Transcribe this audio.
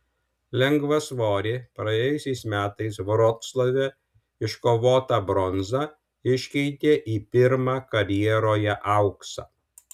lengvasvorė praėjusiais metais vroclave iškovotą bronzą iškeitė į pirmą karjeroje auksą